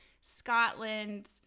Scotland